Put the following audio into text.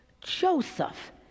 Joseph